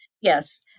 Yes